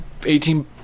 18